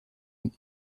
und